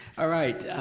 ah right,